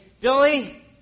Billy